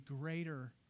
greater